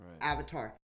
Avatar